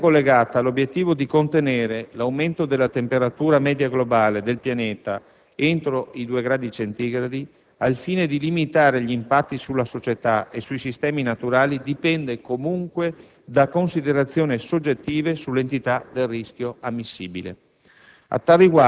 La scelta collegata all'obiettivo di contenere l'aumento della temperatura media globale del pianeta entro i 2 gradi centigradi, al fine di limitare gli impatti sulla società e sui sistemi naturali, dipende, comunque, da considerazioni soggettive sull'entità del rischio ammissibile.